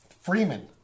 Freeman